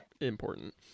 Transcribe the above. important